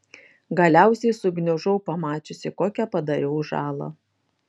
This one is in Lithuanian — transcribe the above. galiausiai sugniužau pamačiusi kokią padariau žalą